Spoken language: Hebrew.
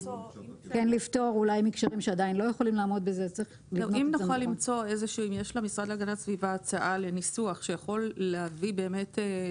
אם יש למשרד להגנת הסביבה הצעה לניסוח שיכול לשקף